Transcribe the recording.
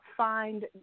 find